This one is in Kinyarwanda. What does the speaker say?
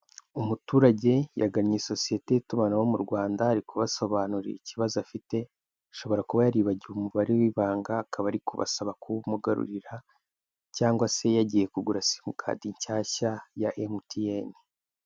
Umuturage yagannye sosiyete y'itumanaho mu Rwanda ari kubasobanurira ikibazo afite, ashobora kuba yaribagiwe umubare w'ibanga akaba ari kubasaba kuwumugarurira cyangwa se yagiye kugura simukadi nshyashya ya emutiyeni.